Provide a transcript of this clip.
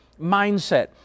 mindset